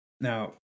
Now